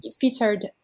featured